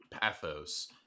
pathos